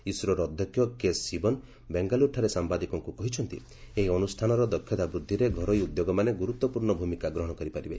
ଇସ୍ରୋର ଅଧ୍ୟକ୍ଷ କେ ଶିବନ୍ ବେଙ୍ଗାଲୁରୁଠାରେ ସାମ୍ଭାଦିକଙ୍କୁ କହିଛନ୍ତି ଏହି ଅନୁଷ୍ଠାନର ଦକ୍ଷତା ବୃଦ୍ଧିରେ ଘରୋଇ ଉଦ୍ୟୋଗମାନେ ଗୁରୁତ୍ୱପୂର୍ଣ୍ଣ ଭୂମିକା ଗ୍ରହଣ କରିପାରିବେ